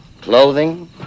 clothing